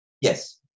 Yes